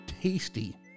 tasty